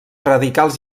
radicals